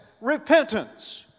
repentance